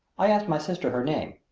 i asked my sister her name.